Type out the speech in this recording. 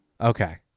Okay